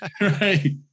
Right